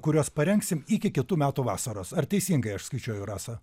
kuriuos parengsim iki kitų metų vasaros ar teisingai aš skaičiuoju rasa